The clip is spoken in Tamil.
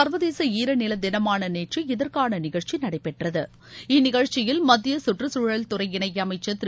சா்வதேச சாரநிலங்கள் தினமான நேற்று இதற்கான நிகழ்ச்சி நடைபெற்றது இந்நிகழ்ச்சியில் மத்திய கற்றுச்தழல் துறை இணை அமைச்சர் திரு